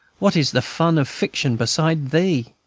what is the fun of fiction beside thee?